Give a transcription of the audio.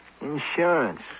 Insurance